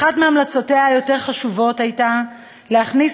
אחת מהמלצותיה היותר-חשובות הייתה להכניס